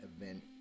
event